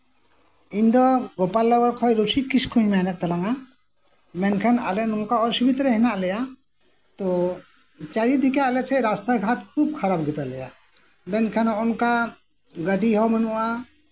ᱤᱧ ᱫᱚ ᱜᱳᱯᱟᱞ ᱱᱚᱜᱚᱨ ᱠᱷᱚᱱ ᱨᱩᱥᱤᱠ ᱠᱤᱥᱠᱩᱧ ᱢᱮᱱᱮᱫ ᱛᱟᱞᱟᱝᱟ ᱢᱮᱱᱠᱷᱟᱱ ᱟᱞᱮ ᱱᱚᱝᱠᱟᱱ ᱚᱥᱩᱵᱤᱫᱷᱟᱨᱮ ᱦᱮᱱᱟᱜ ᱞᱮᱭᱟ ᱛᱳ ᱪᱟᱨᱤᱫᱤᱠᱮ ᱟᱞᱮᱥᱮᱫ ᱨᱟᱥᱛᱟ ᱜᱷᱟᱴ ᱠᱚ ᱠᱷᱟᱨᱟᱯ ᱜᱮᱛᱟ ᱞᱮᱭᱟ ᱢᱮᱱᱠᱷᱟᱱ ᱱᱚᱜᱼᱚ ᱱᱚᱝᱠᱟ ᱜᱟᱹᱰᱤ ᱦᱚᱸ ᱵᱟᱹᱱᱩᱜᱼᱟ